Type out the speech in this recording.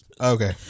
Okay